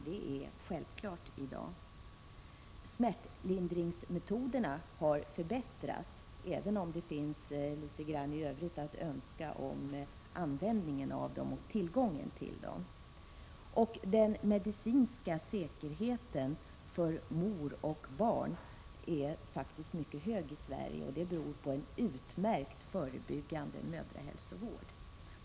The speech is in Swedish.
Det är självklart i dag. Smärtlindringsmetoderna har förbättrats, även om det finns en del övrigt att önska om användningen av den och tillgången på den. Den medicinska säkerheten för mor och barn är mycket hög i Sverige, och det beror på en utmärkt förebyggande mödrahälsovård.